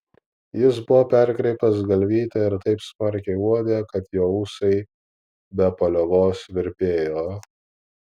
jis buvo perkreipęs galvytę ir taip smarkiai uodė kad jo ūsai be paliovos virpėjo